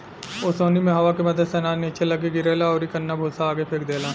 ओसौनी मे हवा के मदद से अनाज निचे लग्गे गिरेला अउरी कन्ना भूसा आगे फेंक देला